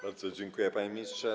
Bardzo dziękuję, panie ministrze.